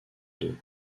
deux